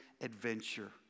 adventure